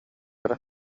эрэ